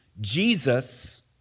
Jesus